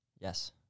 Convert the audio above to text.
Yes